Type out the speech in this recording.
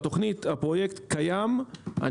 הפרויקט קיים בתכנית,